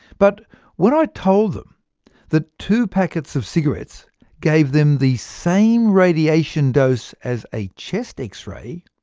but when i told them that two packets of cigarettes gave them the same radiation dose as a chest x-ray,